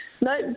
No